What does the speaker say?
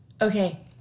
Okay